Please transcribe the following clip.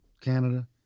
Canada